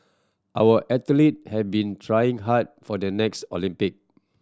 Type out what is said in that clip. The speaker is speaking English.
our athlete have been trying hard for the next Olympic